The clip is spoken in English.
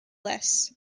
less